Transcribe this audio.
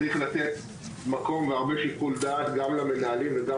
צריך לתת מקום והרבה שיקול דעת גם למנהלים וגם